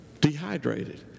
dehydrated